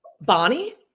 bonnie